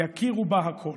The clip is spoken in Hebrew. יכירו בה הכול".